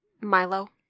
milo